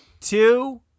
two